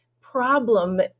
problem